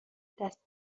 دست